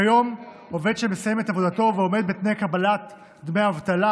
כיום עובד שמסיים את עבודתו ועומד בתנאי קבלת דמי אבטלה